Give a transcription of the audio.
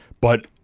But-